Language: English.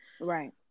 Right